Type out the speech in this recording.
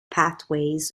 pathways